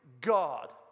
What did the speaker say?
God